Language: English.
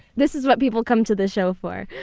this is what people come to the show for.